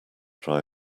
try